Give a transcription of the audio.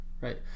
right